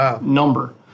number